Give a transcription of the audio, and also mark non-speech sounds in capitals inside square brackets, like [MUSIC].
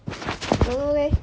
[NOISE] don't know leh